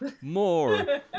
more